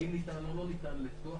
האם ניתן או לא ניתן לפתוח.